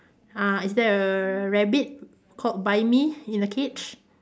uh is there a rabbit called buy me in a cage